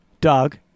Doug